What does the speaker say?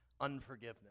unforgiveness